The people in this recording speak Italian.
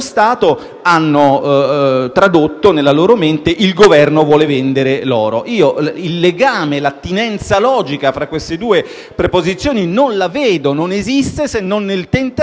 hanno tradotto nella loro mente: il Governo vuole vendere l'oro. Io non vedo l'attinenza logica fra queste due proposizioni, non esiste se non nel tentativo